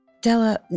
Della